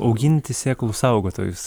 auginti sėklų saugotojus